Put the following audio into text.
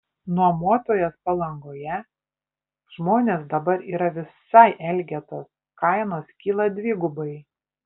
nuomotojas palangoje žmonės dabar yra visai elgetos kainos kyla dvigubai